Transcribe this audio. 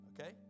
Okay